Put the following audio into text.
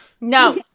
No